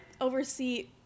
oversee